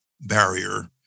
barrier